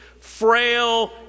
frail